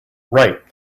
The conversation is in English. right